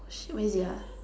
shit where is it ah